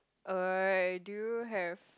uh do you have